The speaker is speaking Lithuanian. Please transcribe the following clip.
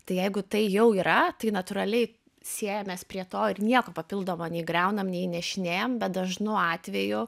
tai jeigu tai jau yra tai natūraliai siejamės prie to ir nieko papildomo nei griaunam nei įnešinėjam bet dažnu atveju